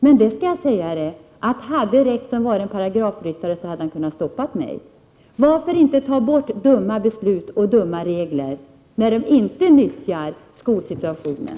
Men det skall jag säga, att hade rektorn varit en paragrafryttare, så hade han kunnat stoppa mig. Varför inte ta bort dumma beslut och dumma regler, när de inte är till nytta för skolsituationen?